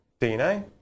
DNA